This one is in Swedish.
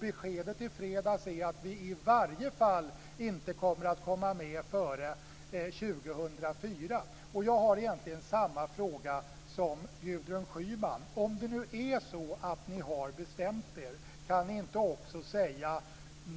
Beskedet i fredags är att vi i varje fall inte kommer att komma med före 2004. Jag har egentligen samma fråga som Gudrun Schyman. Kan ni inte, om det nu är så att ni har bestämt er, också säga